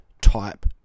type